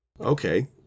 Okay